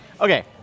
okay